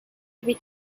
every